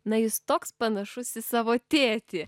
na jis toks panašus į savo tėtį